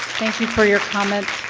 you for your comment.